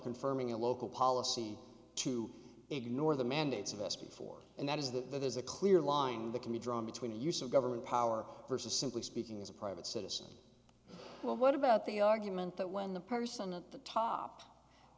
confirming a local policy to ignore the mandates of this before and that is that there's a clear line that can be drawn between the use of government power versus simply speaking as a private citizen well what about the argument that when the person at the top i